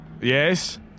Yes